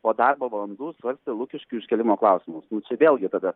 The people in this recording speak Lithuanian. po darbo valandų svarstė lukiškių iškėlimo klausimus nu čia vėlgi tada